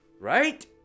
right